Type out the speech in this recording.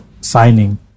signing